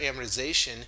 amortization